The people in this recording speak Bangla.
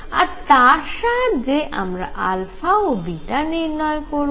আর তার সাহায্যে আমরা ও নির্ণয় করব